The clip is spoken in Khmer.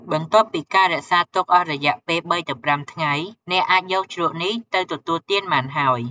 បន្ទាប់ពីការរក្សាទុកអស់រយៈពេល ៣-៥ ថ្ងៃ អ្នកអាចយកជ្រក់នេះទៅទទួលទានបានហើយ។